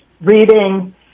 reading